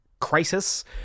crisis